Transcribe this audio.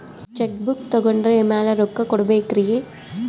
Check book ತೊಗೊಂಡ್ರ ಮ್ಯಾಲೆ ರೊಕ್ಕ ಕೊಡಬೇಕರಿ?